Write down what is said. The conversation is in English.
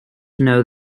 know